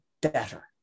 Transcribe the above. better